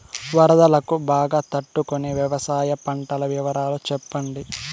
వరదలకు బాగా తట్టు కొనే వ్యవసాయ పంటల వివరాలు చెప్పండి?